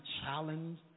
challenge